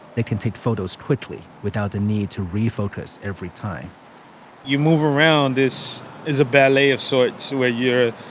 they can take photos quickly without the need to refocus every time you move around, this is a ballet of sorts where you're,